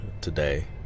today